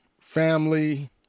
family